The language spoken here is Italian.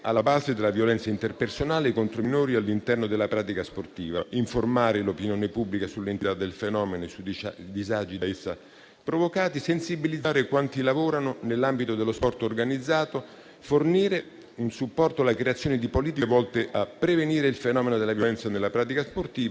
alla base della violenza interpersonale contro i minori all'interno della pratica sportiva, informare l'opinione pubblica sull'entità del fenomeno e sui disagi da essa provocati, sensibilizzare quanti lavorano nell'ambito dello sport organizzato e fornire un supporto alla creazione di politiche volte a prevenire il fenomeno della violenza nella pratica sportiva,